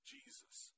Jesus